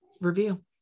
review